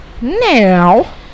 now